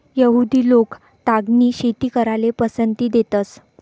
यहुदि लोक तागनी शेती कराले पसंती देतंस